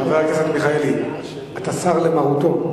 חבר הכנסת מיכאלי, אתה סר למרותו.